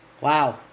Wow